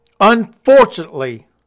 Unfortunately